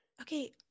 Okay